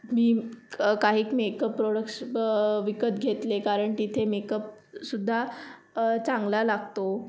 मी काही makeup products ब विकत घेतले कारण तिथे मेकअपसुद्धा चांगला लागतो